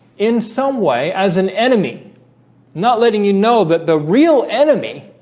in some way as an enemy not letting you know that the real enemy